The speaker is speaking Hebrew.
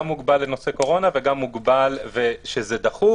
גם מוגבל לנושא קורונה וזה דחוף,